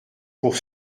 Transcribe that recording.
pour